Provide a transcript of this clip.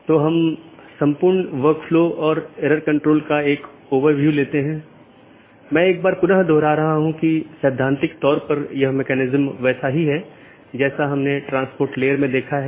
इसलिए हमारा मूल उद्देश्य यह है कि अगर किसी ऑटॉनमस सिस्टम का एक पैकेट किसी अन्य स्थान पर एक ऑटॉनमस सिस्टम से संवाद करना चाहता है तो यह कैसे रूट किया जाएगा